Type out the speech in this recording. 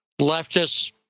leftists